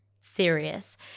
serious